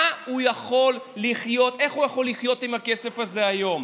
איך הוא יכול לחיות עם הכסף הזה היום?